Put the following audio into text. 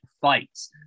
fights